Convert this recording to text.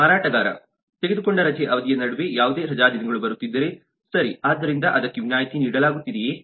ಮಾರಾಟಗಾರ ತೆಗೆದುಕೊಂಡ ರಜೆಯ ಅವಧಿಯ ನಡುವೆ ಯಾವುದೇ ರಜಾದಿನಗಳು ಬರುತ್ತಿದ್ದರೆ ಸರಿ ಆದ್ದರಿಂದ ಅದಕ್ಕೆ ವಿನಾಯಿತಿ ನೀಡಲಾಗುತ್ತಿದೆಯೇ